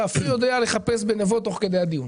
אתה אפילו יודע לחפש תוך כדי הדיון.